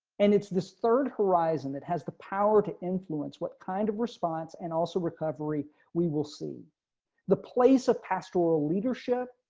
and it's this third horizon that has the power to influence what kind of response and also recovery, we will see the place of pastoral leadership.